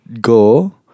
Go